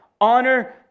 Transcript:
Honor